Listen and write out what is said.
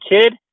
kid